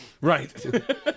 Right